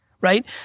right